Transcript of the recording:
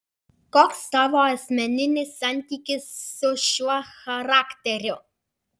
koks tavo asmeninis santykis su šiuo charakteriu